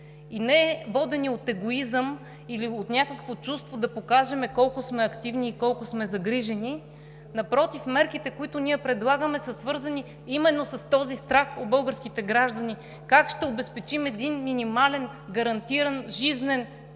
и не водени от егоизъм или от някакво чувство да покажем колко сме активни и колко сме загрижени – напротив, мерките, които ние предлагаме, са свързани именно с този страх у българските граждани как ще обезпечим един минимален гарантиран жизнен